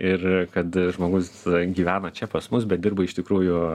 ir kad žmogus gyvena čia pas mus bet dirba iš tikrųjų